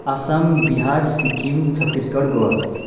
Assam Bihar Sikkim Chhattisgarh Goa